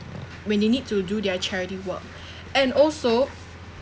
when they need to do their charity work and also